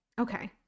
okay